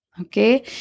Okay